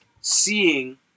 seeing